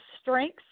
strengths